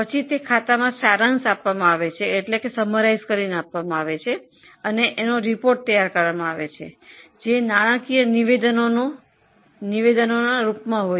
પછી તે ખાતાવહીમાં સારાંશ કરવામાં આવે છે અને અહેવાલ તૈયાર કરવામાં આવે છે જે નાણાકીય નિવેદનોના રૂપમાં હોય છે